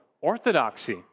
orthodoxy